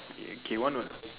kay why not